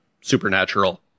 supernatural